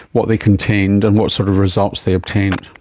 what they contained and what sort of results they obtained.